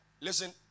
Listen